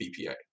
BPA